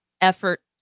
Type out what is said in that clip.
effort